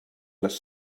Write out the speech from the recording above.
les